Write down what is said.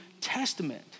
Testament